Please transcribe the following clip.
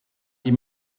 ihm